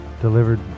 Delivered